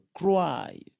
cry